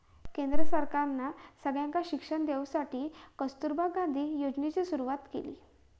केंद्र सरकारना सगळ्यांका शिक्षण देवसाठी कस्तूरबा गांधी योजनेची सुरवात केली